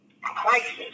crisis